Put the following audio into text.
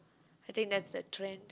I think that's the trend